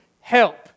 help